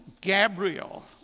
Gabriel